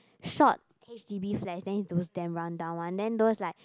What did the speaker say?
short H_D_B flats then it's those damn run down one then those like